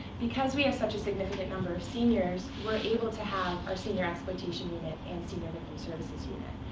because we have such a significant number of seniors, we're able to have our senior exploitation unit and senior victim services unit.